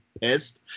pissed